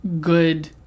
good